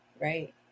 right